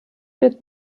wird